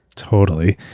totally.